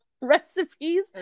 recipes